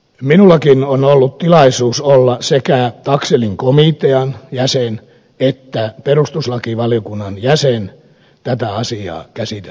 minullakin on ollut tilaisuus olla sekä taxellin komitean jäsen että perustuslakivaliokunnan jäsen tätä asiaa käsiteltäessä